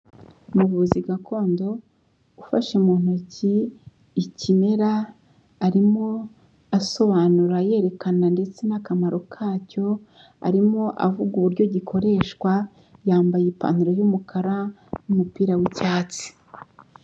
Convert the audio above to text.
Umuvuzi gakondo, ufashe mu ntoki ikimera arimo asobanura yerekana ndetse n'akamaro ka cyo, arimo avuga uburyo gikoreshwa, yambaye ipantaro y'umukara n'umupira w'icyatsi.